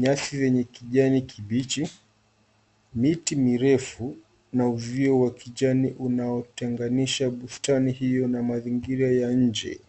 nyasi zenye kijani kibichi, miti mirefu na uzio wa kijani unaotenganisha bustani hiyo na mazingira ya nje.